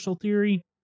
theory